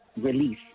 release